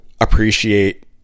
appreciate